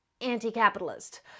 anti-capitalist